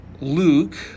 Luke